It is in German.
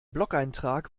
blogeintrag